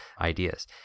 ideas